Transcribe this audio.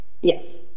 yes